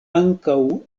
ankaŭ